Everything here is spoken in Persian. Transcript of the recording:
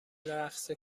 رقص